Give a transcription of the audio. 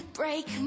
break